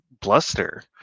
bluster